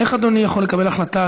איך אדוני יכול לקבל החלטה,